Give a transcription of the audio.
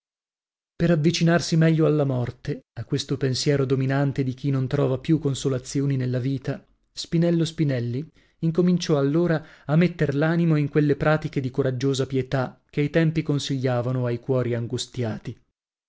per avvicinarsi meglio alla morte a questo pensiero dominante di chi non trova più consolazioni nella vita spinello spinelli incominciò allora a metter l'animo in quelle pratiche di coraggiosa pietà che i tempi consigliavano ai cuori angustiati